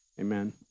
amen